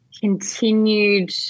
continued